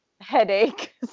headache